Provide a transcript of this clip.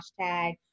hashtag